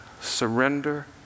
surrender